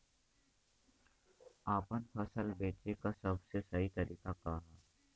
आपन फसल बेचे क सबसे सही तरीका का ह?